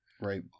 Right